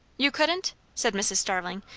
you couldn't? said mrs. starling,